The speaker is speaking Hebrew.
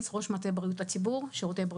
דיברנו על זה גם בשבוע שעבר כשדנו במדינות אחרות שנכנסו